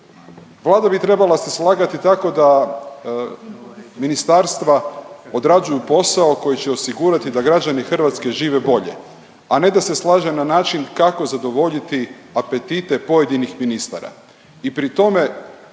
Vlada bi trebala se slagati tako da ministarstva odrađuju posao koji će osigurati da građani Hrvatske žive bolje, a ne da se slaže na način kako zadovoljiti apetite pojedinih ministara